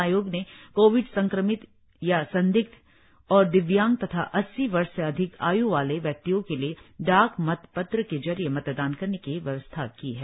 आयोग ने कोविड संक्रमित या संदिग्ध और दिव्यांग तथा अस्सी वर्ष से अधिक आय् वाले व्यक्तियों के लिए डाक मतपत्र के जरिए मतदान करने की व्यवस्था की है